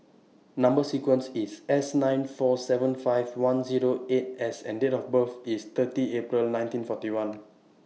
Number sequence IS S nine four seven five one Zero eight S and Date of birth IS thirty April nineteen forty one